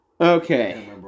Okay